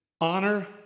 honor